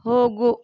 ಹೋಗು